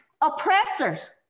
oppressors